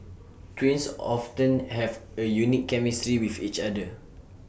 twins often have A unique chemistry with each other